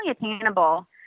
attainable